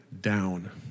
down